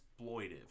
exploitive